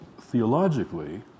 theologically